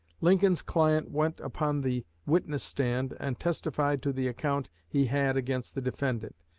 lincoln's client went upon the witness stand and testified to the account he had against the defendant,